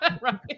Right